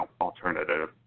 alternative